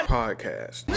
podcast